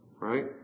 Right